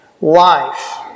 life